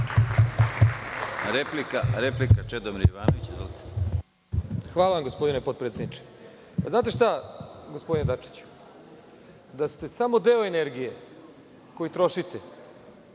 **Čedomir Jovanović** Hvala vam gospodine potpredsedniče. Znate šta, gospodine Dačiću, da ste samo energije koji trošite